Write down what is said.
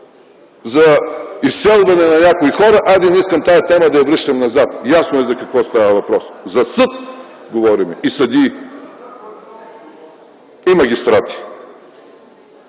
за изселване на някои хора. Хайде, не искам тази тема да я връщам назад. Ясно е за какво става въпрос. За съд говорим, и съдии! И магистрати!